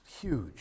huge